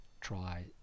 try